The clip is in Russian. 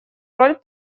роль